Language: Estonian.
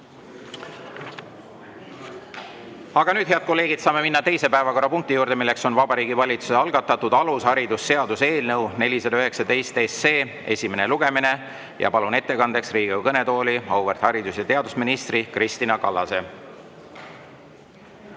Nüüd, head kolleegid, saame minna teise päevakorrapunkti juurde, mis on Vabariigi Valitsuse algatatud alusharidusseaduse eelnõu 419 esimene lugemine. Ja ma palun ettekandeks Riigikogu kõnetooli auväärt haridus‑ ja teadusministri Kristina Kallase.